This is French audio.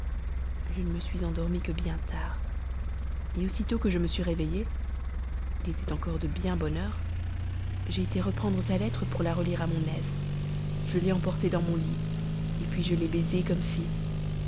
je ne me suis endormie que bien tard aussitôt que je me suis réveillée il était encore de bien bonne heure j'ai été reprendre sa lettre pour la relire à mon aise je l'ai emportée dans mon lit puis je l'ai baisée comme si